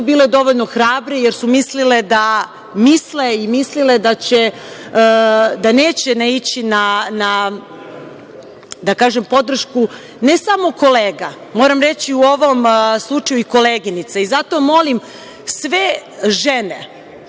bile dovoljno hrabre jer su mislile i misle da neće naići na podršku ne samo kolega, moram reći u ovom slučaju i koleginica, zato molim sve žene